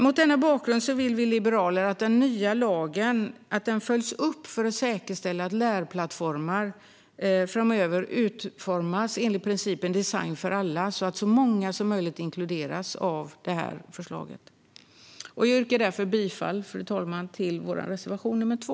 Mot denna bakgrund vill vi liberaler att den nya lagen följs upp för att säkerställa att lärplattformar framöver utformas enligt principen design för alla, så att så många som möjligt inkluderas av detta förslag. Jag yrkar därför bifall, fru talman, till vår reservation, nr 2.